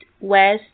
west